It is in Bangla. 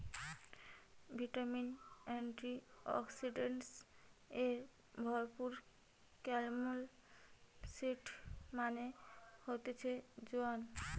ভিটামিন, এন্টিঅক্সিডেন্টস এ ভরপুর ক্যারম সিড মানে হতিছে জোয়ান